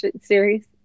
series